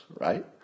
right